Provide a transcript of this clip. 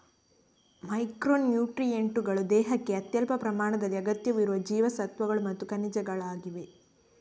micro ನ್ಯೂಟ್ರಿಯೆಂಟುಗಳು ದೇಹಕ್ಕೆ ಅತ್ಯಲ್ಪ ಪ್ರಮಾಣದಲ್ಲಿ ಅಗತ್ಯವಿರುವ ಜೀವಸತ್ವಗಳು ಮತ್ತು ಖನಿಜಗಳಾಗಿವೆ